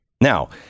Now